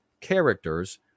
characters